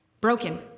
broken